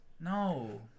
No